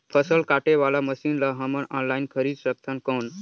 फसल काटे वाला मशीन ला हमन ऑनलाइन खरीद सकथन कौन?